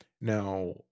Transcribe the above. Now